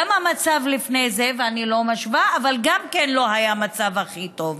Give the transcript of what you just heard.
גם המצב לפני זה, ואני לא משווה, לא היה הכי טוב.